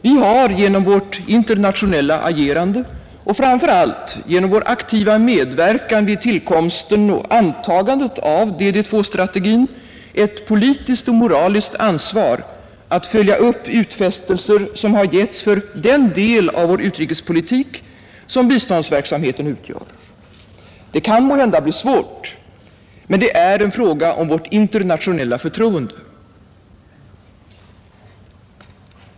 Vi har genom vårt internationella agerande och framför allt genom vår aktiva medverkan vid tillkomsten och antagandet av DD2-strategin ett politiskt och moraliskt ansvar att följa upp utfästelser som har gjorts för den del av utrikespolitiken som biståndsverksamheten utgör. Det kan måhända bli svårt, men det är en fråga om vårt internationella förtroende.